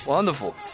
Wonderful